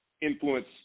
influence